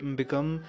become